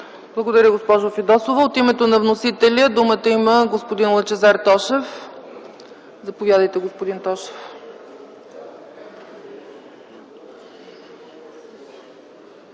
Благодаря, госпожо Фидосова. От името на вносителя думата има господин Лъчезар Тошев. Заповядайте, господин Тошев.